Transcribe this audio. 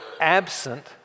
absent